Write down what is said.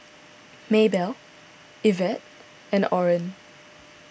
Maebelle Yvette and Oren